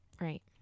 Right